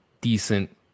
decent